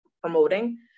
promoting